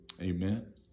amen